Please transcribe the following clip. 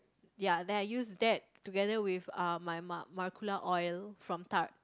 ya then I use that together with uh my ma~ maracuja oil from Tarte